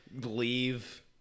leave